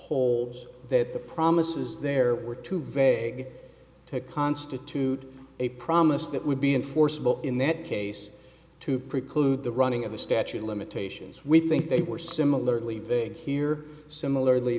holds that the promises there were two veg to constitute a promise that would be enforceable in that case to preclude the running of the statute of limitations with think they were similarly vague here similarly